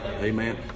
Amen